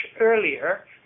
earlier